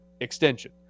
extension